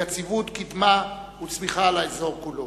יציבות, קדמה וצמיחה לאזור כולו.